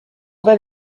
that